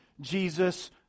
Jesus